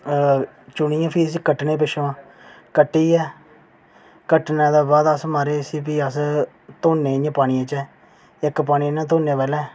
चुनियै फ्ही इसी कट्टने पिच्छुआं कट्टियै कट्टने दे बाद प्ही म्हाराज इसी अस धोने प्ही इंया पानियै च इक्क पानियै नै धोने पैह्लें